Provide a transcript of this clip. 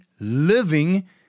Living